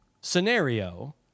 scenario